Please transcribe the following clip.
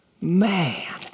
Man